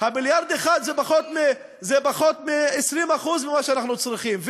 מיליארד אחד זה פחות מ-20% ממה שאנחנו צריכים.